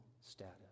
status